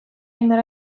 indar